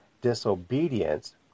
Disobedience